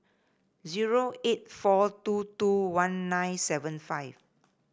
zero eight four two two one nine seven five